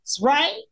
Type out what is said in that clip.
Right